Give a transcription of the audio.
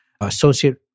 associate